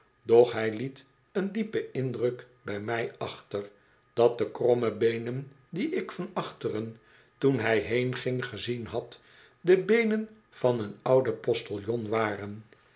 doch hij liet een diepen indruk bij mij achter dat de kromme beenen die ik van achteren toen hij heenging gezien had de beenen van eenouden postiljon waren